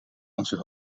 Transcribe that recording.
onze